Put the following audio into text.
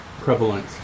prevalent